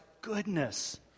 goodness